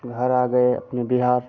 घर आ गए अपने बिहार